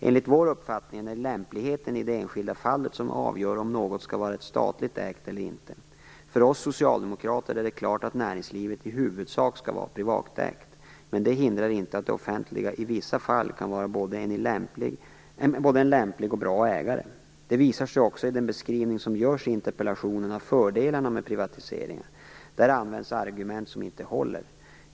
Enligt vår uppfattning är det lämpligheten i det enskilda fallet som avgör om något skall vara statligt ägt eller inte. För oss socialdemokrater är det klart att näringslivet i huvudsak skall vara privatägt, men det hindrar inte att det offentliga i vissa fall kan vara både en lämplig och en bra ägare. Det här visar sig också i den beskrivning som görs i interpellationen av fördelarna med privatiseringar. Där används argument som inte håller.